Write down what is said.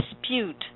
dispute